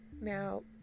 Now